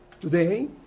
today